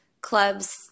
clubs